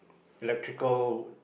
electrical